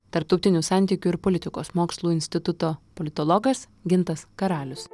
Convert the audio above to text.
tarptautinių santykių ir politikos mokslų instituto politologas gintas karalius